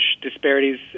disparities